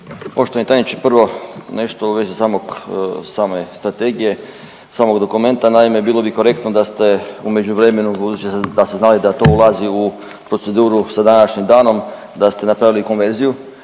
Poštovani tajniče, prvo nešto u vezi samog same strategije, samog dokumenta, naime bilo bi korektno da ste u međuvremenu budući da ste znali da to ulazi u proceduru sa današnjim danom da ste napravili konverziju